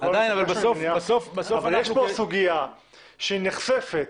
אבל יש פה סוגיה שהיא נחשפת,